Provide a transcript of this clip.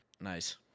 Nice